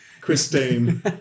Christine